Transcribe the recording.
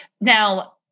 Now